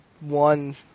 one